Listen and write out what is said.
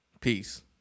Peace